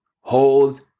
Hold